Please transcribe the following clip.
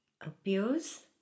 appears